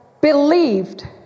believed